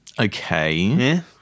Okay